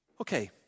Okay